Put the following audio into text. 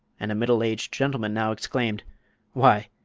and a middle-aged gentleman now exclaimed why,